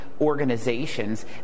organizations